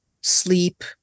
sleep